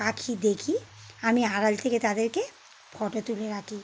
পাখি দেখি আমি আড়াল থেকে তাদেরকে ফটো তুলে রাখি